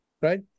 right